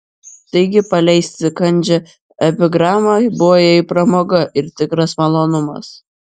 taigi paleisti kandžią epigramą buvo jai pramoga ir tikras malonumas